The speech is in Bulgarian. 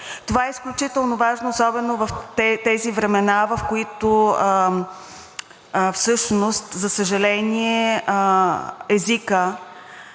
Това е изключително важно особено в тези времена, в които всъщност, за съжаление, езикът